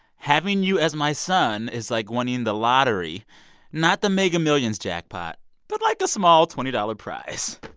having you as my son is like winning the lottery not the mega millions jackpot but like a small twenty dollars price.